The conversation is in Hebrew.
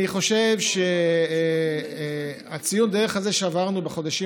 אני חושב שציון הדרך הזה שעברנו בחודשים